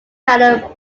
manor